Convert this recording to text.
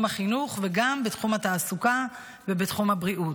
החינוך וגם בתחום התעסוקה ובתחום הבריאות.